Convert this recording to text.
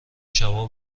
شبا